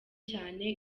cyane